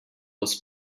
was